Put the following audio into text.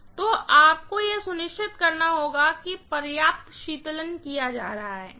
तो आपको यह सुनिश्चित करना होगा कि पर्याप्त शीतलन किया जा रहा है